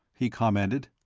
he commented.